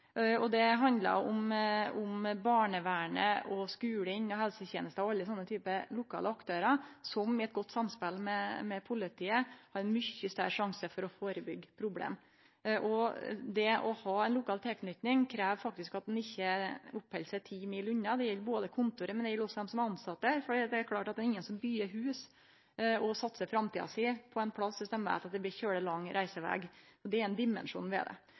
lell. Det handlar om barnevernet, skulane og helsetenesta og alle slike lokale aktørar som i eit godt samspel med politiet da har mykje større sjanse for å førebyggje problem. Det å ha ei lokal tilknyting krev faktisk at ein ikkje oppheld seg ti mil unna. Det gjeld både kontoret og også dei tilsette der. Det er klart at det er ingen som byggjer hus og satsar framtida si på ein plass om ein veit at det blir veldig lang reiseveg. Det er ein dimensjon ved det.